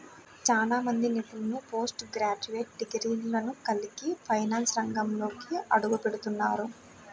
చాలా మంది నిపుణులు పోస్ట్ గ్రాడ్యుయేట్ డిగ్రీలను కలిగి ఫైనాన్స్ రంగంలోకి అడుగుపెడుతున్నారు